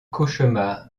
cauchemar